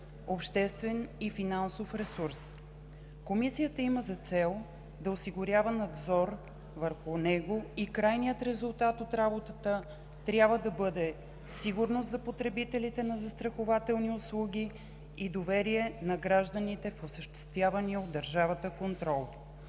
обществен и финансов ресурс. Комисията има за цел да осигурява надзор върху него и крайният резултат от работата трябва да бъде сигурност за потребителите на застрахователни услуги и доверие на гражданите в осъществявания от държавата контрол.